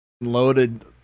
loaded